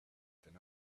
than